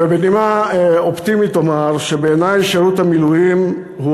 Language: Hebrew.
ובנימה אופטימית אומר שבעיני שירות המילואים הוא